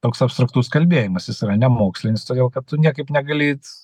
toks abstraktus kalbėjimas jis yra nemokslinis todėl kad tu niekaip negali